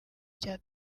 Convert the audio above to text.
cya